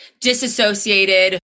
disassociated